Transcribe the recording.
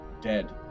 dead